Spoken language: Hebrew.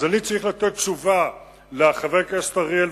אז אני צריך לתת תשובה לחבר הכנסת אריאל,